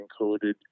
encoded